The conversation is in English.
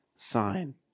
Sign